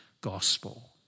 gospel